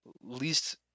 least